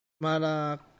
Malak